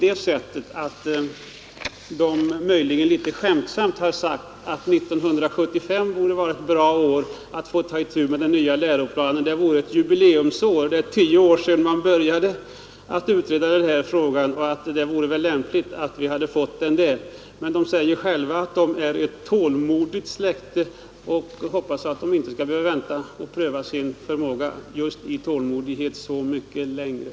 Det har, möjligen litet skämtsamt, sagts att 1975 borde vara ett bra år att få ta itu med den nya läroplanen, därför att det är ett jubileumsår; det är då nämligen tio år sedan man började utreda denna fråga. De som undervisar giska och hydrografiska följderna av en tunnel mellan Helsingör och Helsingborg på detta område säger själva att de är ett tålmodigt släkte, och jag hoppas att deras tålmod inte så länge till skall hållas under prövning.